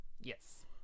Yes